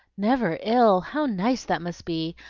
never ill! how nice that must be!